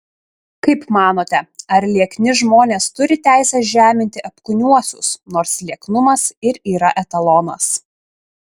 kaip manote ar liekni žmonės turi teisę žeminti apkūniuosius nors lieknumas ir yra etalonas